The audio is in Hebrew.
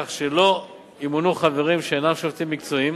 כך שלא ימונו חברים שאינם שופטים מקצועיים